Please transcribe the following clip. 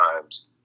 times